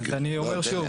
אני אומר שוב,